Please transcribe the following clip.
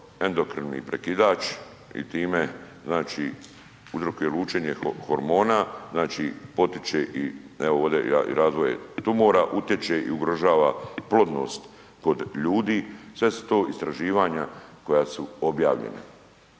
endokrini prekidač i time znači uzrokuju lučenje hormona, znači potiče i evo ovde i razvoj tumora utječe i ugrožava plodnost kod ljudi. Sve su to istraživanja koja su objavljena.